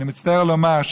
אני מצטער לומר,